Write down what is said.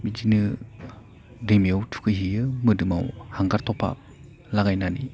बिदिनो दैमायाव थुखै हैयो मोदोमाव हांगार थफा लागायनानै